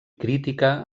crítica